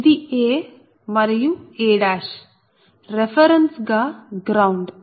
ఇది a మరియు a reference గా గ్రౌండ్